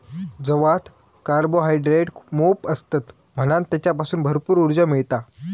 जवात कार्बोहायड्रेट मोप असतत म्हणान तेच्यासून भरपूर उर्जा मिळता